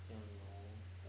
酱油